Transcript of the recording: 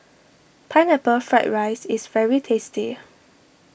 Pineapple Fried Rice is very tasty